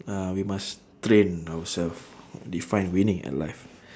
ah we must train ourselves define winning at life